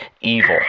evil